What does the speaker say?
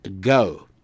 Go